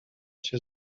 cię